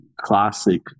classic